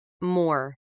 more